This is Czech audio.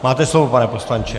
Máte slovo, pane poslanče.